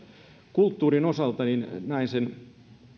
kulttuurin osalta näen sen